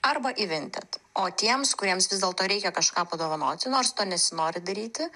arba į vinted o tiems kuriems vis dėlto reikia kažką padovanoti nors to nesinori daryti